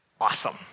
awesome